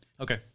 Okay